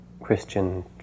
Christian